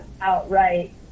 outright